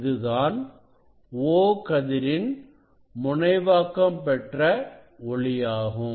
இதுதான் O கதிரின் முனைவாக்கம் பெற்ற ஒளியாகும்